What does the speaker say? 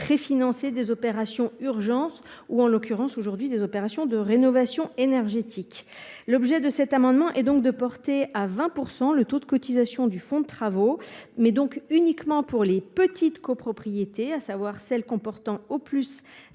préfinancer des opérations urgentes ou des opérations de rénovation énergétique. L’objet de cet amendement est donc de porter à 20 % le taux de cotisation du fonds de travaux, mais uniquement pour les petites copropriétés, à savoir celles qui comportent, au plus,